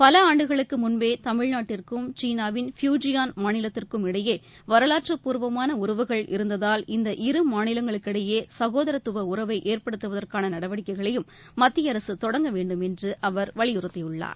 பல ஆண்டுகளுக்கு முன்பே தமிழ்நாட்டிற்கும் கீனாவின் ஃபியுஜியான் மாநிலத்திற்கும் இடையே வரலாற்றுப்பூர்வமான உறவுகள் இருந்ததால் இந்த இரு மாநிலங்களுக்கிடையே சகோதாரத்துவ உறவை ஏற்படுத்துவதற்கான நடவடிக்கைகளையும் மத்திய வலியுறுத்தியுள்ளார்